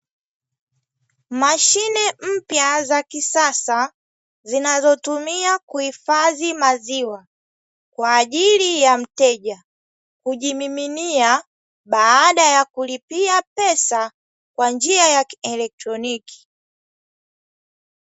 Mashine mpya za kisasa, zinazotumiwa kuhifadhi maziwa kwa ajili ya mteja, hujimiminia baada ya kulipia pesa kwa njia ya kielotroniki.